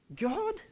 God